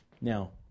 Now